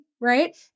Right